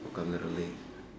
woke up a little late